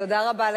תודה רבה.